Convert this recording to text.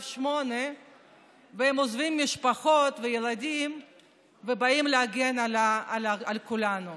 8 והם עוזבים משפחות וילדים ובאים להגן על כולנו.